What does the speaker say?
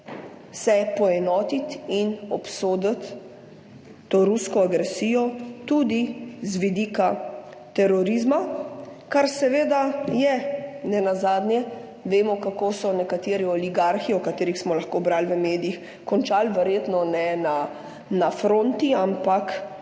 se poenotiti in obsoditi to rusko agresijo tudi z vidika terorizma, kar seveda je, nenazadnje vemo kako so nekateri oligarhi, o katerih smo lahko brali v medijih, končali verjetno ne na fronti, ampak